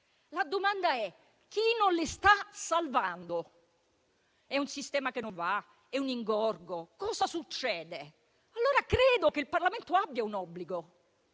la seguente: chi non le sta salvando? È un sistema che non va? È un ingorgo? Cosa succede? Credo che il Parlamento abbia un obbligo,